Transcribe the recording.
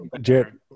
Jared